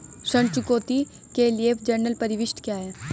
ऋण चुकौती के लिए जनरल प्रविष्टि क्या है?